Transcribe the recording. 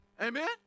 Amen